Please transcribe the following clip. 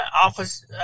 office